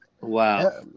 Wow